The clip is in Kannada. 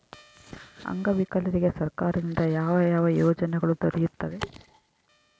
ಅಂಗವಿಕಲರಿಗೆ ಸರ್ಕಾರದಿಂದ ಯಾವ ಯಾವ ಯೋಜನೆಗಳು ದೊರೆಯುತ್ತವೆ?